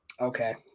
Okay